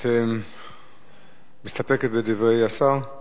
את מסתפקת בדברי השר?